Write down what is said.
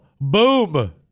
Boom